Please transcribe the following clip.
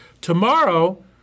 tomorrow